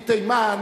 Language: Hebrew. מתימן,